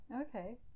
okay